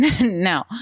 No